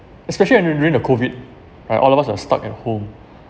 especially during during the COVID right all of us are stuck at home